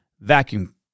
vacuum